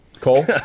Cole